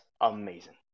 amazing